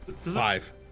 Five